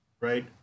right